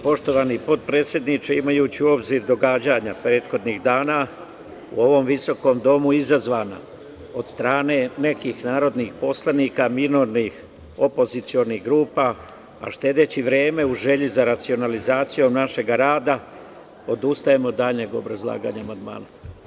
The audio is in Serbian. Poštovani potpredsedniče, imajući u obzir događanja prethodnih dana, u ovom visokom domu izazvana od strane nekih narodnih poslanika, minornih opozicionih grupa, štedeći vreme u želji za racionalizacijom našeg rada, odustajem od daljnjeg obrazlaganja amandmana.